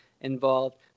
involved